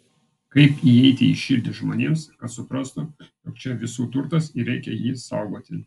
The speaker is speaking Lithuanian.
kaip įeiti į širdį žmonėms kad suprastų jog čia visų turtas ir reikia jį saugoti